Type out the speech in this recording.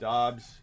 Dobbs